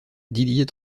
didier